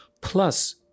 Plus